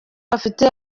bafite